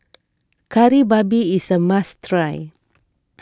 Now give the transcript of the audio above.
Kari Babi is a must try